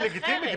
זה לגיטימי,